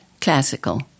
classical